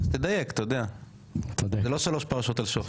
אז תדייק אתה יודע, זה לא שלוש פרשות על שוחד.